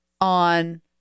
on